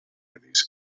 these